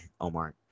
Omar